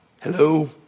Hello